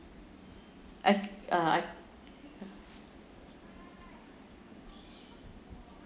I uh I